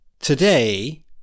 today